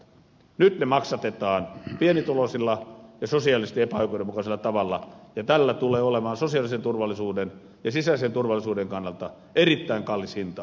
nyt ne maksatetaan pienituloisilla ja sosiaalisesti epäoikeudenmukaisella tavalla ja tämän hallituksen ajelehtimisella tulee olemaan sosiaalisen turvallisuuden ja sisäisen turvallisuuden kannalta erittäin kallis hinta